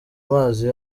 mazi